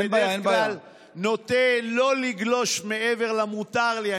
אני בדרך כלל נוטה לא לגלוש מעבר למותר לי.